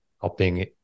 helping